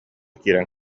киирэн